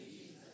Jesus